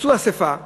עשו אספה בערב,